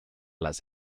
las